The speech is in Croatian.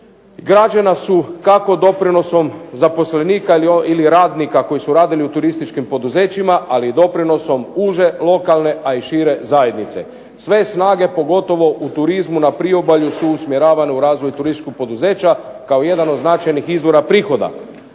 Građena su kako doprinosom zaposlenika ili radnika koji su radili u turističkim poduzećima, ali i doprinosom uže lokalne, a i šire zajednice. Sve snage, pogotovo u turizmu na priobalju, su usmjeravane u razvoj turističkog poduzeća kao jedan od značajnih izvora prihoda.